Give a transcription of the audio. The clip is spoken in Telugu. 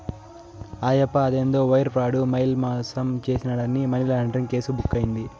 ఆయప్ప అదేందో వైర్ ప్రాడు, మెయిల్ మాసం చేసినాడాని మనీలాండరీంగ్ కేసు బుక్కైనాది